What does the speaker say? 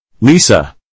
Lisa